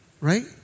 Right